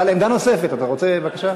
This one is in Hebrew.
אבל, עמדה נוספת, אתה רוצה, בבקשה?